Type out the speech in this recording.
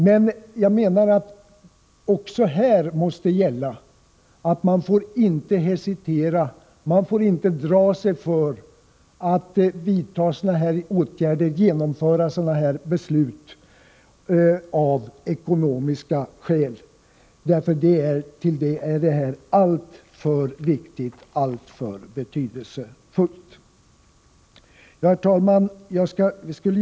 Men jag menar att det även här måste gälla att man inte får av ekonomiska skäl dra sig för att vidta sådana här åtgärder och genomföra sådana här beslut. Till det är detta alltför viktigt, alltför betydelsefullt. Herr talman!